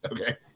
okay